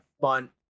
fun